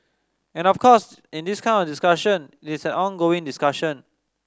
and of course in this kind of discussion it's an ongoing discussion